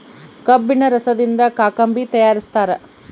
ಕಬ್ಬಿಣ ರಸದಿಂದ ಕಾಕಂಬಿ ತಯಾರಿಸ್ತಾರ